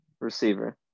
receiver